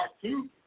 two